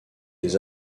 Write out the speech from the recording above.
des